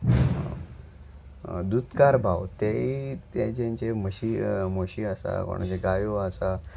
दुदकार भाव तेय ते जें जे म्हशी म्हशी आसा कोण जे गायो आसा